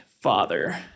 father